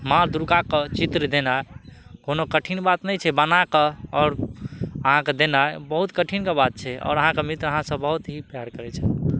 माँ दुर्गाके चित्र देनाइ कोनो कठिन बात नहि छै बनाकऽ आओर अहाँके देनाइ बहुत कठिन कऽ बात छै और अहाँकऽ मित्र अहाँ सब बहुत ही प्यार करै छै